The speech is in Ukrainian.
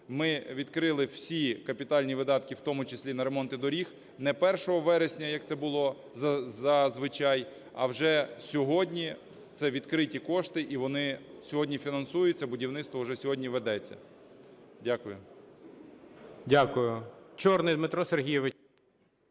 Ми відкрили всі капітальні видатки, в тому числі на ремонти доріг не 1 вересня, як це було зазвичай, а вже сьогодні, це відкриті кошти, і вони сьогодні фінансуються, будівництво вже сьогодні ведеться. Дякую.